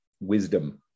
wisdom